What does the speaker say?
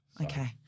Okay